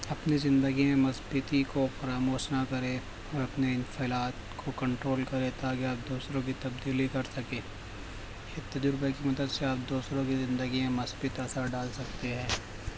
اپنی زندگی میں مُثبتی کو فراموش نہ کرے اور اپنے انفیلات کو کنٹرول کرے تا کہ آپ دوسروں کی تبدیلی کر سکے یہ تجربہ کی مدد سے آپ دوسروں کی زندگی میں مُثبت اثر ڈال سکتے ہیں